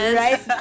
right